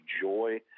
joy